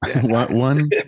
one